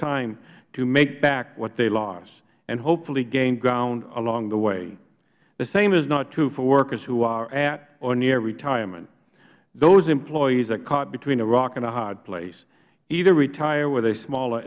time to make back what they lost and hopefully gain ground along the way the same is not true for workers who are at or near retirement those employees are caught between a rock and a hard place either retire with a smaller